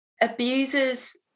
abusers